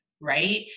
right